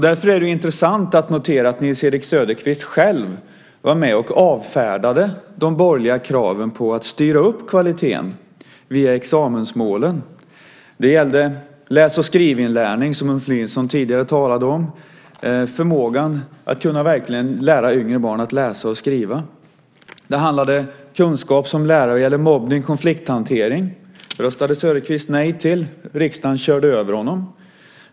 Därför är det intressant att notera att Nils-Erik Söderqvist själv var med och avfärdade de borgerliga kraven på att så att säga styra upp kvaliteten via examensmålen. Det gällde läs och skrivinlärning, som Ulf Nilsson tidigare talade om, alltså förmågan att verkligen lära yngre barn att läsa och skriva. Det handlade om kunskaper om mobbning och konflikthantering. Det röstade Söderqvist nej till. Riksdagen körde över honom.